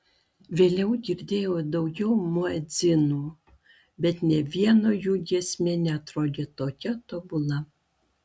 vėliau girdėjau ir daugiau muedzinų bet nė vieno jų giesmė neatrodė tokia tobula